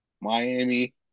Miami